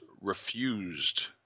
refused